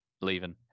leaving